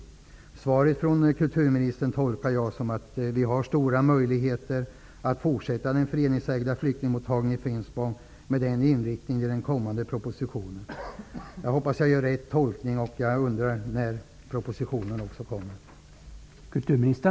Jag tolkar kulturministerns svar som att vi i enlighet med den kommande propositionens inriktning har stora möjligheter att fortsätta den föreningsägda flyktingmottagningen i Finspång. Jag hoppas att jag gör rätt tolkning. Jag undrar också när propositionen kommer.